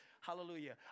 hallelujah